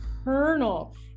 eternal